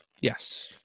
Yes